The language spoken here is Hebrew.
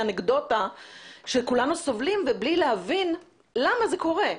אנקדוטה שכולנו סובלים ובלי להבין למה זה קורה?